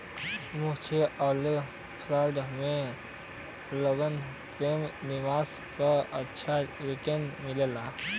mutual fund में long term निवेश पे अच्छा रीटर्न मिलला